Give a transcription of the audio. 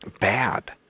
bad